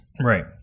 Right